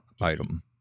item